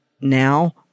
now